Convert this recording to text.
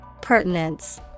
Pertinence